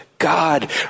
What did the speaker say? God